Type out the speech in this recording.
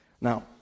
Now